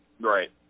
Right